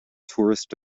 tourist